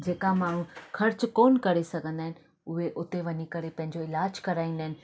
जेका माण्हू ख़र्चु कोन करे सघंदा आहिनि उहे हुते वञी करे पंहिंजो इलाजु कराईंदा आहिनि